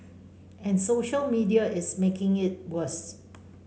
and social media is making it worse